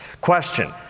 Question